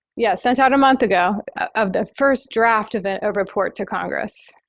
yeah sent out a month ago, of the first draft of it, a report to congress.